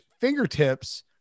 fingertips